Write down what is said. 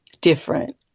different